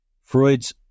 Freud's